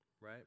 Right